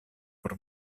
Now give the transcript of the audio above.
por